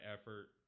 effort